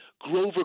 Grover